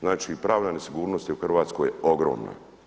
Znači pravna nesigurnost je u Hrvatskoj ogromna.